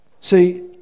See